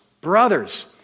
Brothers